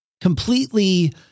completely